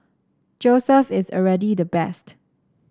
Joseph is already the best